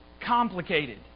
complicated